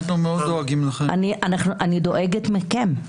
אני דואגת מכם.